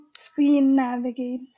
screen-navigate